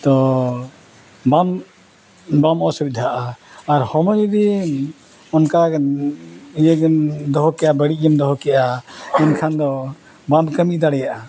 ᱛᱳ ᱵᱟᱢ ᱵᱟᱢ ᱚᱥᱩᱵᱤᱫᱷᱟᱜᱼᱟ ᱟᱨ ᱦᱚᱲᱢᱚ ᱡᱩᱫᱤ ᱚᱱᱠᱟ ᱜᱮ ᱤᱭᱟᱹ ᱜᱮᱢ ᱫᱚᱦᱚ ᱠᱮᱫᱼᱟ ᱵᱟᱹᱲᱤᱡ ᱜᱮᱢ ᱫᱚᱦᱚ ᱠᱮᱫᱼᱟ ᱮᱱᱠᱷᱟᱱ ᱫᱚ ᱵᱟᱢ ᱠᱟᱹᱢᱤ ᱫᱟᱲᱮᱭᱟᱜᱼᱟ